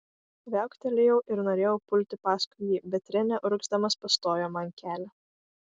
viauktelėjau ir norėjau pulti paskui jį bet renė urgzdamas pastojo man kelią